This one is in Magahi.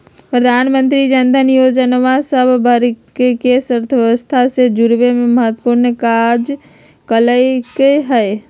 प्रधानमंत्री जनधन जोजना सभ वर्गके अर्थव्यवस्था से जुरेमें महत्वपूर्ण काज कल्कइ ह